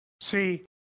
See